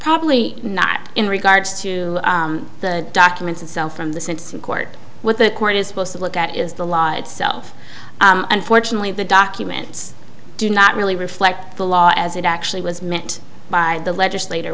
probably not in regards to the documents itself from the sense in court what the court is supposed to look at is the law itself unfortunately the documents do not really reflect the law as it actually was meant by the legislator